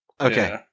Okay